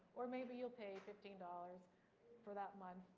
or maybe you'll pay fifteen dollars for that month,